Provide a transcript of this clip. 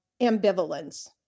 ambivalence